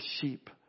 sheep